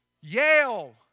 Yale